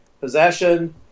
possession